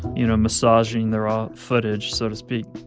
you know, massaging the raw footage, so to speak